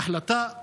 ההחלטה הזו,